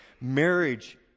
Marriage